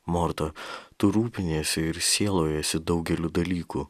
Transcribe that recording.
morta tu rūpiniesi ir sielojiesi daugeliu dalykų